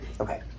Okay